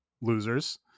losers